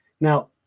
Now